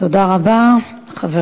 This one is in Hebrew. תודה רבה, חבר